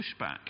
pushback